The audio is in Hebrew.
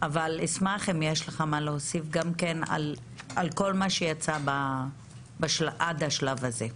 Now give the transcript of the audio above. אבל אשמח אם יש לך מה להוסיף גם כן על כל מה שיצא עד השלב הזה.